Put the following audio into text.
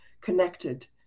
connected